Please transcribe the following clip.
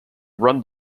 run